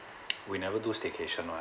we never do staycation one